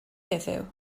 heddiw